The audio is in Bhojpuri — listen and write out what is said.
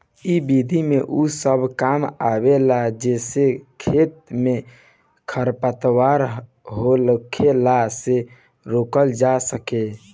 इ विधि में उ सब काम आवेला जेसे खेत में खरपतवार होखला से रोकल जा सके